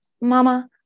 Mama